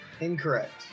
Incorrect